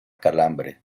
calambre